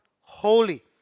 holy